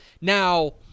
Now